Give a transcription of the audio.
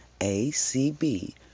A-C-B